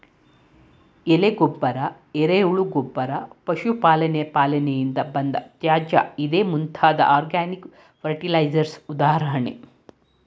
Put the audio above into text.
ಎಲೆ ಗೊಬ್ಬರ, ಎರೆಹುಳು ಗೊಬ್ಬರ, ಪಶು ಪಾಲನೆಯ ಪಾಲನೆಯಿಂದ ಬಂದ ತ್ಯಾಜ್ಯ ಇದೇ ಮುಂತಾದವು ಆರ್ಗ್ಯಾನಿಕ್ ಫರ್ಟಿಲೈಸರ್ಸ್ ಉದಾಹರಣೆ